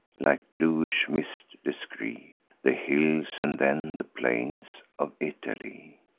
like bluish mists, descry the hills, and then the plains, of italy.